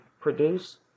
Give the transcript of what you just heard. produce